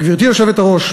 גברתי היושבת-ראש,